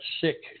sick